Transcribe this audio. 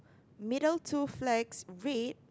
middle two flags red